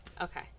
okay